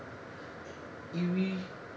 eerie